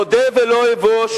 אודה ולא אבוש: